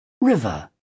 River